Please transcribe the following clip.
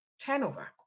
turnover